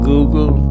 Google